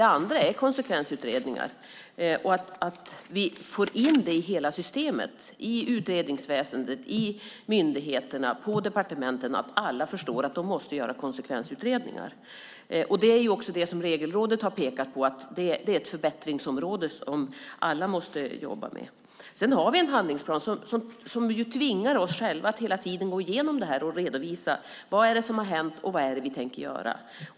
Det andra handlar om konsekvensutredningar och att vi får in det i hela systemet, i utredningsväsendet, i myndigheterna och på departementen, att alla förstår att de måste göra konsekvensutredningar. Det är också det som Regelrådet har pekat på. Det är ett förbättringsområde som alla måste jobba med. Sedan har vi en handlingsplan som tvingar oss själva att hela tiden gå igenom det här och redovisa: Vad är det som har hänt, och vad är det vi tänker göra?